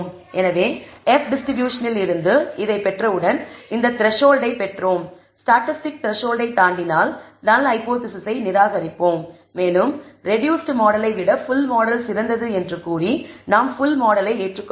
எனவே F distribution இல் இருந்து இதைப் பெற்றவுடன் இந்த த்ரசோல்டை பெற்றோம் ஸ்டாட்டிஸ்டிக் த்ரசோல்டை தாண்டினால் நல் ஹைபோதேசிஸை நிராகரிப்போம் மேலும் ரெடூஸ்ட் மாடலை விட ஃபுல் மாடல் சிறந்தது என்று கூறி நாம் ஃபுல் மாடலை ஏற்றுக்கொள்வோம்